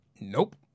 Nope